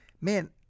Man